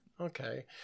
Okay